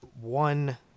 one